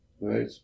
Right